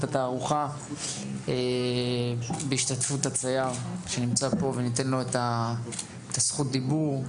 התערוכה בהשתתפות הצייר שנמצא פה וניתן לו את זכות הדיבור,